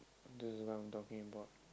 this is what I'm talking about